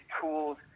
tools